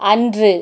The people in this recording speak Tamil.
அன்று